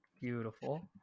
beautiful